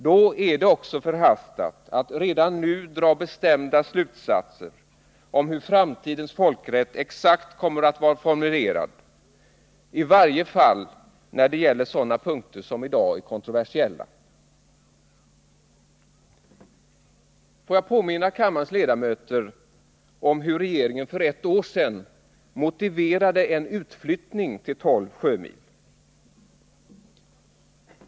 Då är det också förhastat att redan nu dra bestämda slutsatser om hur framtidens folkrätt exakt kommer att vara formulerad, i varje fall när det gäller sådana punkter som i dag är kontroversiella. Låt mig påminna kammarens ledamöter om hur regeringen för ett år sedan motiverade en utflyttning till 12 sjömil.